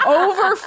over